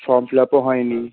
form fill আপও হয়নি